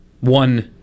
one